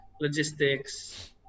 logistics